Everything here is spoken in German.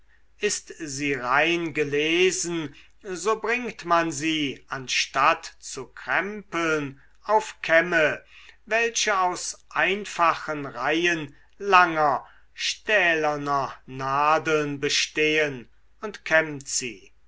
ist sie rein gelesen so bringt man sie anstatt zu krempeln auf kämme welche aus einfachen reihen langer stählerner nadeln bestehen und kämmt sie